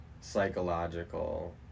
psychological